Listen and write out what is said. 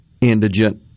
indigent